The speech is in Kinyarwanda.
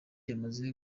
yamaze